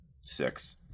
six